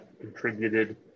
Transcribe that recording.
contributed